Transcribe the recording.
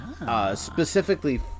Specifically